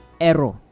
Error